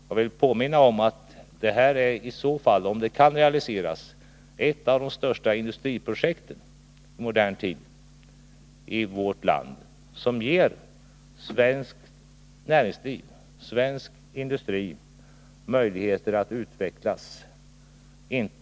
Jag vill påminna om att det här, om det kan realiseras, blir ett av de största industriprojekten i modern tid i vårt land, som ger svenskt näringsliv och svensk industri möjligheter att utvecklas.